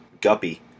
Guppy